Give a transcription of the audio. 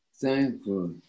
thankful